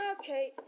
Okay